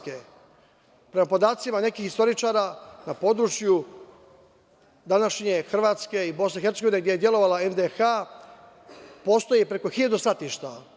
Prema podacima nekih istoričara na području današnje Hrvatske i BiH, gde je delovala NDH, postoji preko hiljadu stratišta.